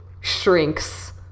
shrinks